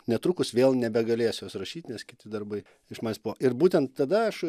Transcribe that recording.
netrukus vėl nebegalėsiu jos rašyt nes kiti darbai iš manęs buvo ir būtent tada aš